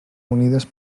unides